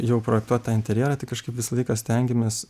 jau projektuot tą interjerą tai kažkaip visą laiką stengiamės